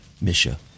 Misha